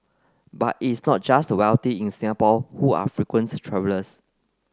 but it's not just the wealthy in Singapore who are frequent travellers